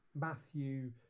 matthew